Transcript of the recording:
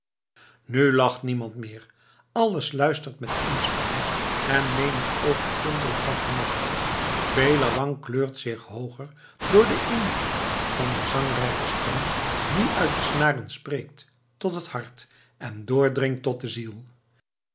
nu lacht niemand meer alles luistert met inspanning en menig oog tintelt van genot veler wang kleurt zich hooger door den invloed van de zangrijke stem die uit de snaren spreekt tot het hart en doordringt tot de ziel